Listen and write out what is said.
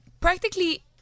Practically